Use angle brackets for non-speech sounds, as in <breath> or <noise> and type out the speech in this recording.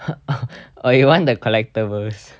<breath> or you want the collectibles